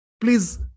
please